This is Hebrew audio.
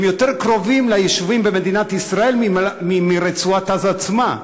הם יותר קרובים ליישובים במדינת ישראל מלרצועת-עזה עצמה,